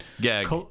gag